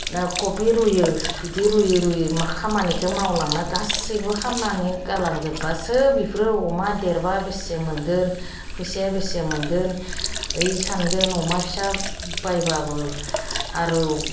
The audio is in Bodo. कबि रुयो बिदि रुयै रुयै मा खामानिखौ मावलांना गासैखौबो खालामनानै गालांजोबबासो बेफोरो अमा देरबा बेसे मोनगोन फैसाया बेसे मोनगोन ओइ सानगोन अमा फिसा बायबाबो आरो